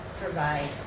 provide